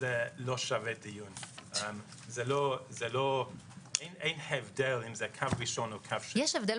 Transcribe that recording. אם משנים את המינון, צריך אישור